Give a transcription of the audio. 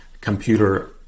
computer